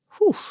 whew